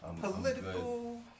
Political